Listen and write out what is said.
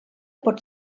pot